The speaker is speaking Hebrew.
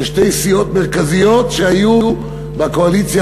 של שתי סיעות מרכזיות שהיו בקואליציה